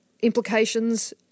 implications